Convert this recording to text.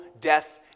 death